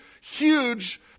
huge